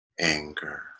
anger